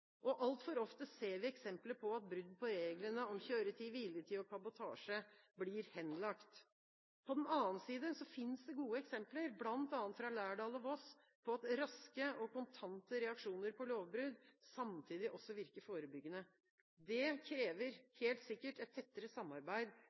Altfor ofte ser vi eksempler på at brudd på reglene om kjøretid, hviletid og kabotasje blir henlagt. På den annen side fins det gode eksempler, bl.a. fra Lærdal og Voss, på at raske og kontante reaksjoner på lovbrudd samtidig også virker forebyggende. Det krever